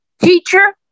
Teacher